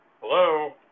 Hello